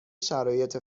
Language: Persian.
شرایط